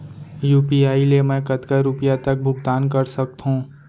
UPI ले मैं कतका रुपिया तक भुगतान कर सकथों